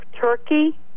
Turkey